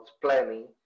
planning